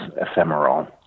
ephemeral